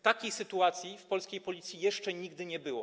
Takiej sytuacji w polskiej Policji jeszcze nigdy nie było.